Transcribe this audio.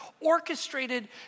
orchestrated